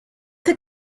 the